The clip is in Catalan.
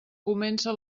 comença